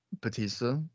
Batista